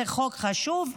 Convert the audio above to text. זה חוק חשוב,